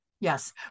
Yes